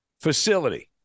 facility